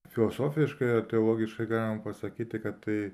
filosofiškai ar teologiškai galima pasakyti kad tai